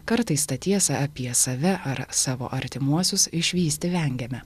kartais tą tiesą apie save ar savo artimuosius išvysti vengiame